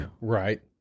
Right